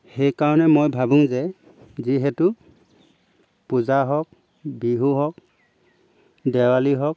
সেইকাৰণে মই ভাবোঁ যে যিহেতু পূজা হওক বিহু হওক দেৱালী হওক